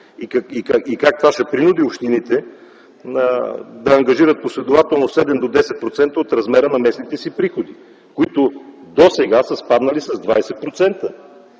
и 10%. Това ще принуди общините да ангажират последователно 7 до 10% от размера на местните си приходи, които досега са спаднали с 20%.